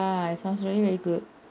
sounds very very good